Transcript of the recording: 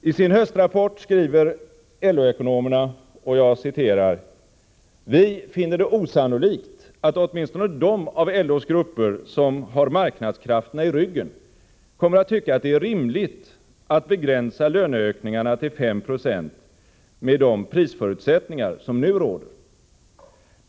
I sin höstrapport skriver LO ekonomerna: ”Vi finner det osannolikt att åtminstone de av LO:s grupper som har marknadskrafterna i ryggen kommer att tycka att det är rimligt att begränsa löneökningarna till 5 procent med de prisförutsättningar som nu råder.